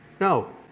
No